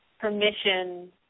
permission